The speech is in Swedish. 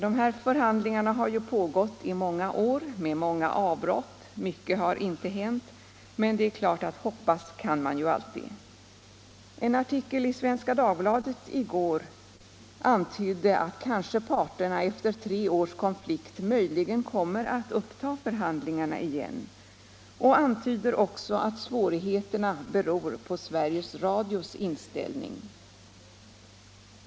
De här förhandlingarna har ju pågått i många år med många avbrott, och mycket har inte hänt, men hoppas kan man ju alltid. En artikel i Svenska Dagbladet i går antydde att kanske parterna efter tre års konflikt möjligen kommer att uppta förhandlingarna igen. I artikeln antyddes också att svårigheterna beror på Sveriges Radios inställning.